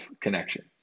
connection